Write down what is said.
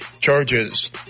Charges